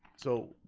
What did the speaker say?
so,